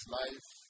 life